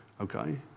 Okay